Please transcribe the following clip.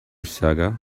saga